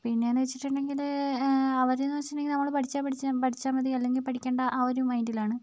പിന്നെയെന്ന് വെച്ചിട്ടുണ്ടെങ്കിൽ അവരെന്ന് വെച്ചിട്ടുണ്ടെങ്കിൽ നമ്മൾ പഠിച്ചാൽ പഠിച്ച് പഠിച്ചാൽ മതി അല്ലെങ്കിൽ പഠിക്കണ്ട ആ ഒരു മൈൻഡിലാണ്